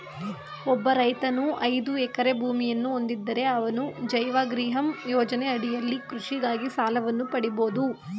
ಒಬ್ಬ ರೈತನು ಐದು ಎಕರೆ ಭೂಮಿಯನ್ನ ಹೊಂದಿದ್ದರೆ ಅವರು ಜೈವ ಗ್ರಿಹಮ್ ಯೋಜನೆ ಅಡಿಯಲ್ಲಿ ಕೃಷಿಗಾಗಿ ಸಾಲವನ್ನು ಪಡಿಬೋದು